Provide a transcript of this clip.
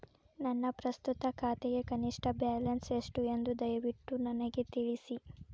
ನನ್ನ ಪ್ರಸ್ತುತ ಖಾತೆಗೆ ಕನಿಷ್ಟ ಬ್ಯಾಲೆನ್ಸ್ ಎಷ್ಟು ಎಂದು ದಯವಿಟ್ಟು ನನಗೆ ತಿಳಿಸಿ